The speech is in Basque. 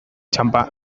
txanpa